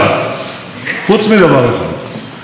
חוץ מדבר אחד: העם שלנו,